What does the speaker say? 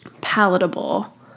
palatable